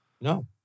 No